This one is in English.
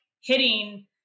hitting